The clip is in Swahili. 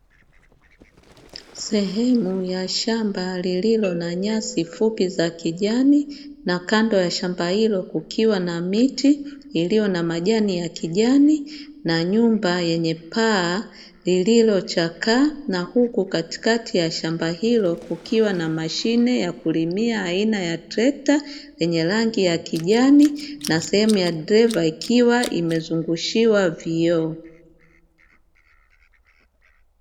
Sehemu ya shamba lililo na nyasi fupi za kijani na kando ya shamba hilo kukiwa na miti iliyo na majani ya kijani na nyumba yenye paa lililo chakaa; na huku katikati ya shamba hilo kukiwa na mashine ya kulimia aina ya trekta yenye rangi ya kijani na sehemu ya dereva ikiwa imezungushiwa vioo.